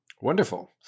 Wonderful